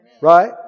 Right